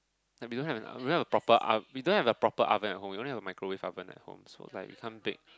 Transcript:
like we don't have an oven we don't have a proper oven at home we only have a microwave oven at home so like we can't bake